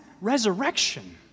resurrection